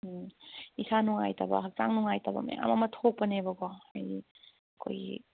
ꯎꯝ ꯏꯁꯥ ꯅꯨꯡꯉꯥꯏꯇꯕ ꯍꯛꯆꯥꯡ ꯅꯨꯡꯉꯥꯏꯇꯕ ꯃꯌꯥꯝ ꯑꯃ ꯊꯣꯛꯄꯅꯦꯕꯀꯣ ꯍꯥꯏꯗꯤ ꯑꯩꯈꯣꯏꯒꯤ